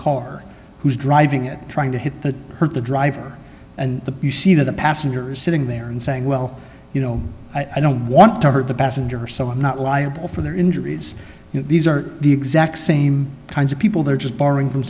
car who's driving it trying to hit that hurt the driver and the you see the passengers sitting there and saying well you know i don't want to hurt the passenger so i'm not liable for their injuries you know these are the exact same kinds of people they're just borrowing from